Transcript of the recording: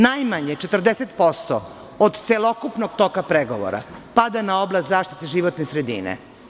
Najmanje 40% celokupnog toka pregovora pada na oblast zaštite životne sredine.